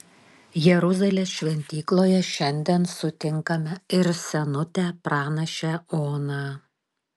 jeruzalės šventykloje šiandien sutinkame ir senutę pranašę oną